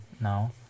No